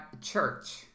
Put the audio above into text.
church